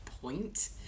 point